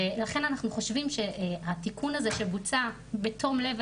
לכן אנחנו חושבים שהתיקון הזה שבוצע בתום לב,